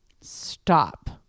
Stop